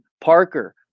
Parker